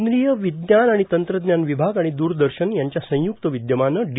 केंद्रीय विज्ञान आणि तंत्रज्ञान विभाग आणि द्रदर्शन यांच्या संयक्त विदयमानं डी